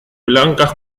blancas